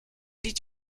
did